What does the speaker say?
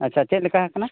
ᱟᱪᱪᱷᱟ ᱪᱮᱫ ᱞᱮᱠᱟ ᱠᱟᱱᱟ